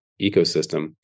ecosystem